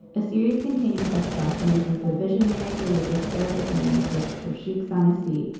a series containing such documents as the visionary religious arabic manuscripts of sheik son-asi,